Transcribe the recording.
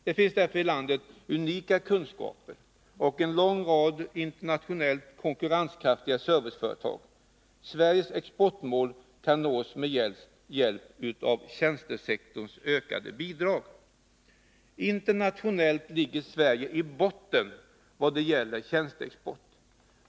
Det finns därför i landet unika kunskaper och en lång rad internationellt konkurrenskraftiga serviceföretag. Sveriges exportmål kan nås med hjälp av tjänstesektorns ökande bidrag. Internationellt sett ligger Sverige i botten när det gäller tjänsteexport.